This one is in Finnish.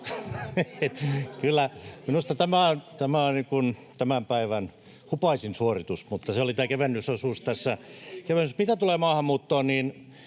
Minusta tämä on tämän päivän hupaisin suoritus, mutta se oli tämä kevennysosuus tässä. [Aki Lindénin välihuuto] Ja mitä tulee maahanmuuttoon,